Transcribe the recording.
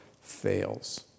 fails